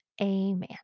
amen